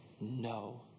no